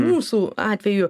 mūsų atveju